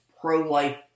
pro-life